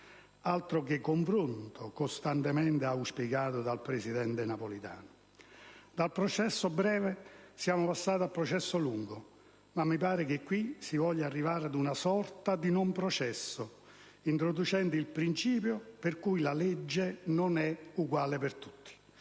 altro che il confronto costantemente auspicato dal presidente Napolitano! Dal processo breve siamo passati al processo lungo, ma mi pare che si voglia arrivare ad una sorta di non processo, introducendo il principio per cui la legge non è uguale per tutti.